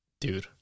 Dude